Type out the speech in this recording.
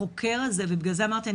החוקר הזה ובגלל זה אמרתי,